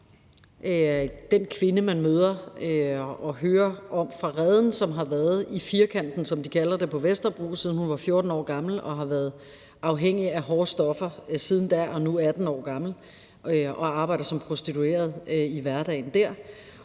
den kvinde, man møder og hører om på Reden. Hun har været i Firkanten, som de kalder det på Vesterbro, siden hun var 14 år gammel, og har været afhængig af hårde stoffer siden da, og hun er nu 18 år gammel og arbejder som prostitueret i hverdagen og